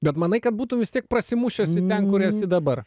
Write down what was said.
bet manai kad būtum vis tiek prasimušęs į ten kur esi dabar